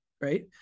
right